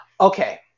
Okay